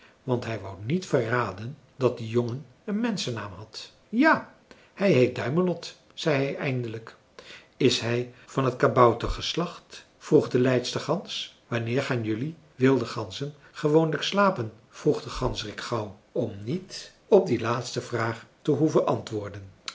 want hij wou niet verraden dat de jongen een menschennaam had ja hij heet duimelot zei hij eindelijk is hij van het kaboutergeslacht vroeg de leidster gans wanneer gaan jelui wilde ganzen gewoonlijk slapen vroeg de ganzerik gauw om niet op die laatste vraag te hoeven antwoorden